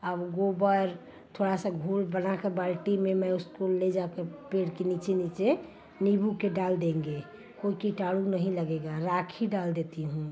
अब गोबर थोड़ा सा घोल बना कर बाल्टी में मैं उसको ले जा कर पेड़ के नीचे नीचे नीम्बू के डाल देंगे कोई कीटाणु नहीं लगेगा राखी डाल देती हूँ